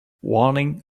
warning